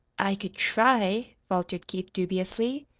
i could try, faltered keith dubiously.